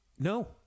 No